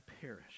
perish